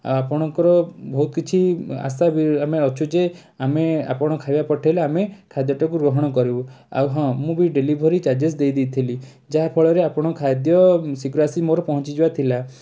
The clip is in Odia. ଆପଣଙ୍କର ବହୁତ କିଛି ଆଶା ବି ଆମେ ଅଛୁ ଯେ ଆମେ ଆପଣ ଖାଇବା ପଠେଇଲେ ଆମେ ଖାଦ୍ୟଟାକୁ ଗ୍ରହଣକରିବୁ ଆଉ ହଁ ମୁଁ ବି ଡେଲିଭରି ଚାର୍ଜେସ୍ ଦେଇଦେଇଥିଲି ଯାହାଫଳରେ ଆପଣ ଖାଦ୍ୟ ଶୀଘ୍ର ଆସି ମୋର ପହଞ୍ଚିଯିବା ଥିଲା